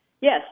Yes